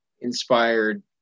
inspired